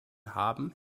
haben